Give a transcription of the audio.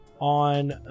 on